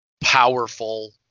powerful